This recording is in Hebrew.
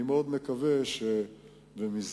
אני מאוד מקווה שבמסגרת